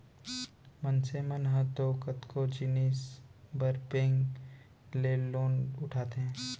मनसे मन ह तो कतको जिनिस बर बेंक ले लोन उठाथे